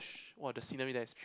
!wah! the scenery there is